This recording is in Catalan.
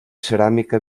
ceràmica